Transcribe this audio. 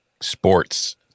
sports